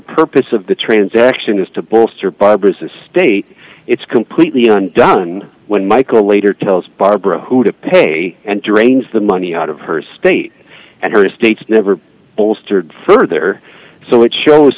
purpose of the transaction is to bolster barbra's the state it's completely on done when michael later tells barbara who to pay and drains the money out of her state and her estates never bolstered further so it shows